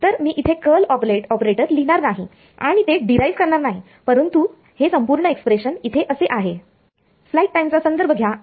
तर मी इथे कर्ल ऑपरेटर लिहिणार नाही आणि ते डिराईव्ह करणार नाही परंतु हे संपूर्ण एक्सप्रेशन इथे असे आहे